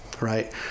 Right